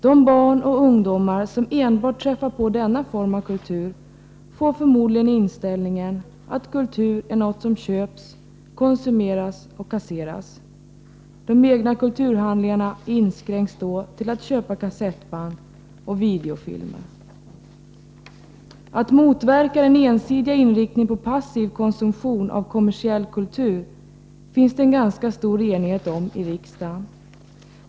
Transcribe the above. De barn och ungdomar som enbart träffar på denna form av kultur får förmodligen inställningen att kultur är något som köps, konsumeras och kasseras. De egna kulturhandlingarna inskränks då till att köpa kassettband och videofilmer. Att motverka den ensidiga inriktningen på passiv konsumtion av kommersiell kultur finns det en ganska stor enighet om i riksdagen.